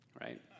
right